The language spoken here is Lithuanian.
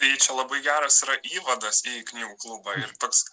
tai čia labai geras yra įvadas į knygų klubą ir toks